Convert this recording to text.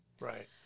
Right